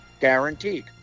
Guaranteed